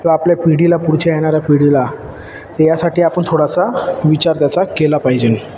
किंवा आपल्या पिढीला पुढच्या येणाऱ्या पिढीला यासाठी आपण थोडासा विचार त्याचा केला पाहिजे